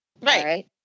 Right